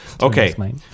Okay